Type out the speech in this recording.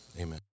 Amen